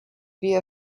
via